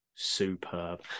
Superb